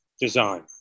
design